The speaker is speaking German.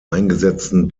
eingesetzten